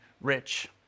rich